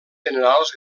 generals